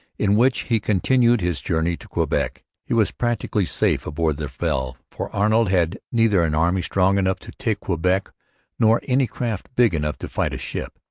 in which he continued his journey to quebec. he was practically safe aboard the fell for arnold had neither an army strong enough to take quebec nor any craft big enough to fight a ship.